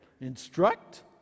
Instruct